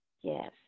Yes